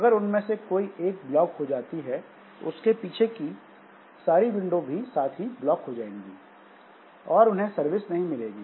अगर उनमें से कोई एक ब्लॉक हो जाती है तो उसके पीछे की सारी विंडो भी साथ ही ब्लॉक हो जाएंगी और उन्हें सर्विस नहीं मिलेगी